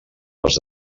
les